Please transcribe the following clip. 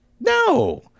No